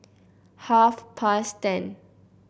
half past ten